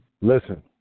Listen